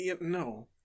no